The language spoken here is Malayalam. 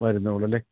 വരുന്ന പോലെയല്ലേ